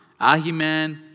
Ahiman